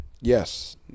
Yes